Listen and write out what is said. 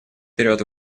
период